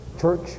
church